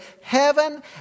heaven